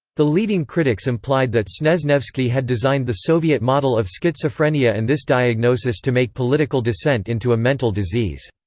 the leading critics implied that snezhnevsky had designed the soviet model of schizophrenia and this diagnosis to make political dissent into a mental disease.